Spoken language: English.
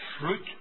fruit